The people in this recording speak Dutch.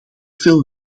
veel